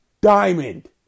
Diamond